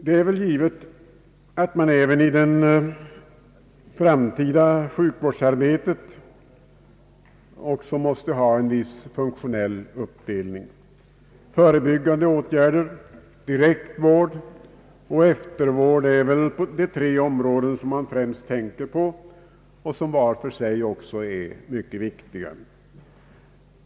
Det är väl givet att man även i det framtida sjukvårdsarbetet måste ha en viss funktionell uppdelning: förebyggande åtgärder, direkt vård och eftervård är väl de tre områden som man främst tänker på och som var för sig också är mycket viktiga.